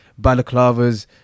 balaclavas